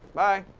bye.